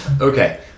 Okay